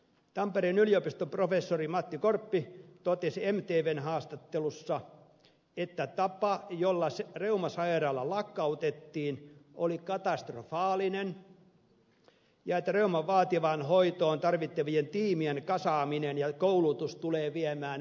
tampereen yliopiston professori matti korppi totesi mtvn haastattelussa että tapa jolla reumasairaala lakkautettiin oli katastrofaalinen ja että reuman vaativaan hoitoon tarvittavien tiimien kasaaminen ja koulutus tulee viemään vuosia